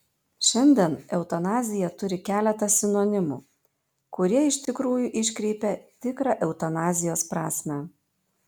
šiandien eutanazija turi keletą sinonimų kurie iš tikrųjų iškreipia tikrą eutanazijos prasmę